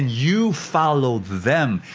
you follow them.